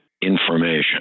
information